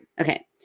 Okay